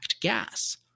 gas